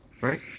Right